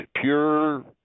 pure –